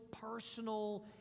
personal